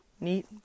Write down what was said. neat